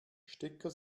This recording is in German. stecker